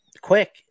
quick